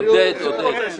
עודד, עודד.